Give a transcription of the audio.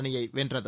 அணியை வென்றது